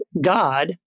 God